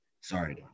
Sorry